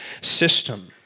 system